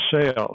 sales